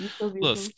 look